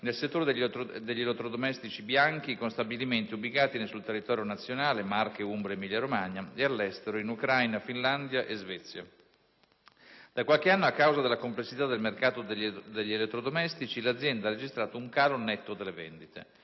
nel settore degli elettrodomestici bianchi con stabilimenti ubicati sul territorio nazionale (Marche, Umbria e Emilia-Romagna) e all'estero (Ucraina, Finlandia e Svezia). Da qualche anno, a causa della complessità del mercato degli elettrodomestici, l'azienda ha registrato un calo netto delle vendite.